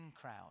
crowd